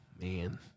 Man